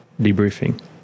debriefing